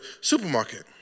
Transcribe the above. supermarket